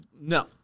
no